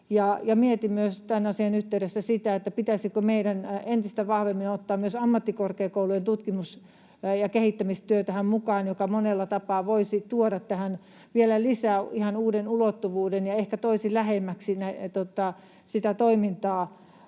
mietin myös tämän asian yhteydessä, pitäisikö meidän entistä vahvemmin ottaa myös ammattikorkeakoulujen tutkimus- ja kehittämistyö tähän mukaan, mikä monella tapaa voisi tuoda tähän vielä lisää ihan uuden ulottuvuuden ja ehkä toisi lähemmäksi sitä toimintaa